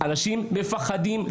לאחר מכן חברת הכנסת עאידה תומא סלימאן.